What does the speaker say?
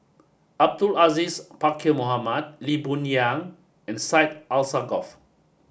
Abdul Aziz Pakkeer Mohamed Lee Boon Yang and Syed Alsagoff